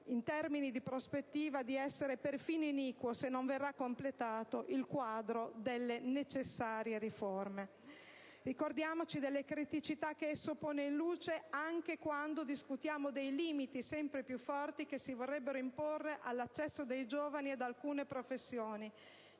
in termini di prospettiva di essere perfino iniquo se non verrà completato il quadro delle necessarie riforme. Ricordiamoci delle criticità che esso pone in luce anche quando discutiamo dei limiti, sempre più forti, che si vorrebbero imporre all'accesso dei giovani ad alcune professioni: